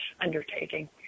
undertaking